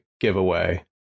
giveaway